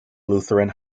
lutheran